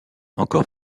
encore